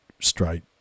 straight